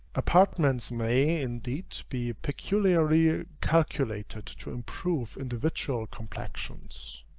apartments may, indeed, be peculiarly ah calculated to improve individual complexions.